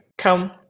come